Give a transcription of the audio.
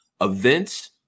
events